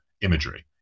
imagery